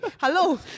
hello